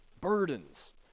Burdens